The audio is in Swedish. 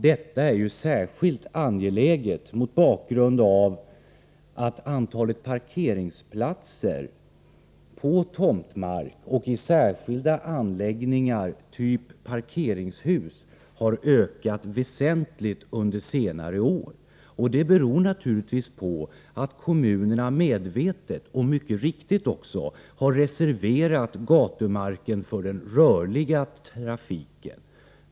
Detta är ju särskilt angeläget mot bakgrund av att antalet parkeringsplatser på tomtmark och i särskilda anläggningar av typen parkeringshus ökat väsentligt under senare år. Detta beror naturligtvis på att kommunerna medvetet, och mycket riktigt också, har reserverat gatumarken för den rörliga trafiken.